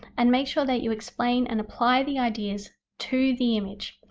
and make sure that you explain and apply the ideas to the image.